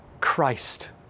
Christ